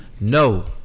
No